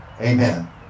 Amen